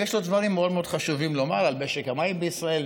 ויש לו דברים מאוד מאוד חשובים לומר על משק המים בישראל,